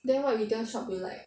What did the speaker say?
then what retail shops you like